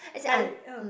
like